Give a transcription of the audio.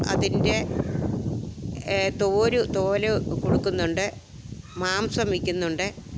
അതിൻ്റെ തോര് തോല് കൊടുക്കുന്നുണ്ട് മാംസം വിൽക്കുന്നുണ്ട്